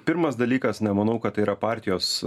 pirmas dalykas nemanau kad tai yra partijos